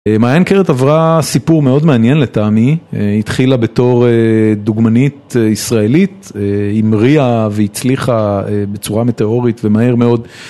מעין קרת עברה סיפור מאוד מעניין לטעמי, התחילה בתור דוגמנית ישראלית, היא מריאה והצליחה בצורה מטאורית ומהר מאוד.